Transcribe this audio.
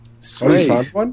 Sweet